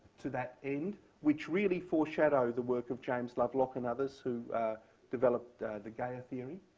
to that end, which really foreshadowed the work of james lovelock and others who developed the gaia theory.